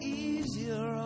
easier